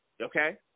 Okay